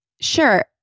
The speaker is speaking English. sure